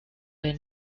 der